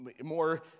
more